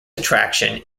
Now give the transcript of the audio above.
attraction